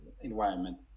environment